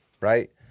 right